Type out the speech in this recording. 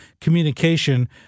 communication